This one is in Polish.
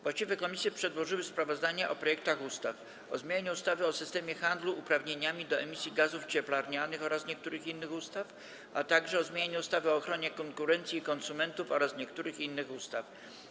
Właściwe komisje przedłożyły sprawozdania o projektach ustaw: - o zmianie ustawy o systemie handlu uprawnieniami do emisji gazów cieplarnianych oraz niektórych innych ustaw, - o zmianie ustawy o ochronie konkurencji i konsumentów oraz niektórych innych ustaw.